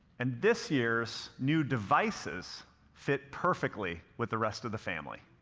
and this year's new devices fit perfectly with the rest of the family.